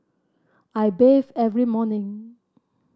I bathe every morning